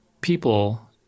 people